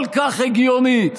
כל כך הגיונית.